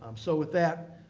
um so with that,